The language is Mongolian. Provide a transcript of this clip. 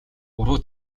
уруу